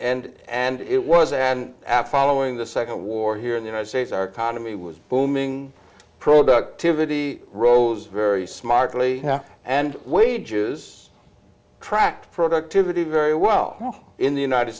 and and it was and afflalo in the nd war here in the united states our economy was booming productivity rose very smartly and wages track productivity very well in the united